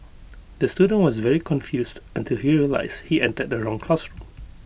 the student was very confused until he realised he entered the wrong classroom